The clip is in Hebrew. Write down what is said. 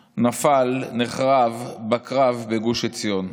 נפל, נחרב, בקרב בגוש עציון.